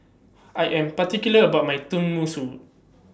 I Am particular about My Tenmusu